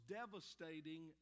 devastating